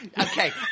okay